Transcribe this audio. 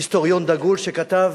היסטוריון דגול, כתב